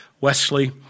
Wesley